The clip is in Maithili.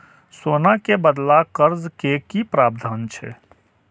सोना के बदला कर्ज के कि प्रावधान छै?